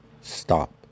stop